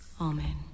Amen